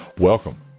Welcome